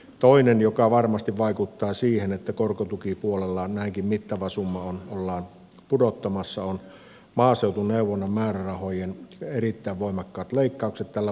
toinen joka varmasti vaikuttaa siihen että korkotukipuolella näinkin mittava summa ollaan pudottamassa on maaseutuneuvonnan määrärahojen erittäin voimakkaat leikkaukset tällä vaalikaudella